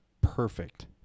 perfect